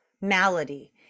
malady